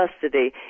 custody